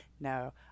No